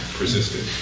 persisted